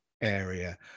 area